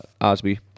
Osby